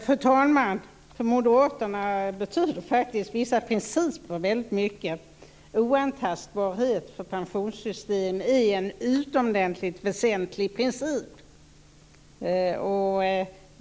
Fru talman! För Moderaterna betyder vissa principer faktiskt väldigt mycket. Oantastbarhet för pensionssystem är en utomordentligt väsentlig princip.